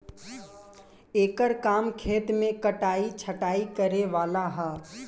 एकर काम खेत मे कटाइ छटाइ करे वाला ह